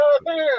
man